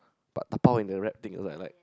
but dabao in the wrap thing also I like